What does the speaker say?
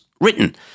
written